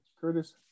Curtis